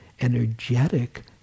energetic